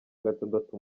gatandatu